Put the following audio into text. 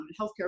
healthcare